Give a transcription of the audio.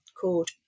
called